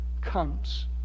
comes